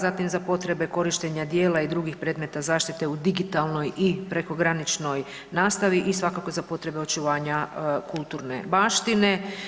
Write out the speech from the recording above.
Zatim za potrebe korištenja djela i drugih predmeta zaštite u digitalnoj i prekograničnoj nastavi i svakako za potrebe očuvanja kulturne baštine.